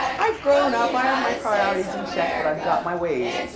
i've grown up, i have my priorities in check. but i've got my ways.